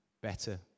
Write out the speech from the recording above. better